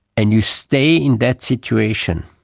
and you stay in that situation,